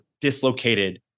dislocated